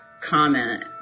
comment